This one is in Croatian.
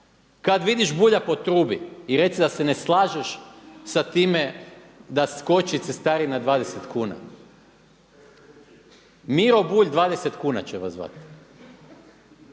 Kada vidiš Bulja potrubi i reci da se ne slažeš sa time da skoči cestarina 20 kuna. Miro Bulj 20 kuna će vas zvati.